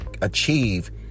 achieve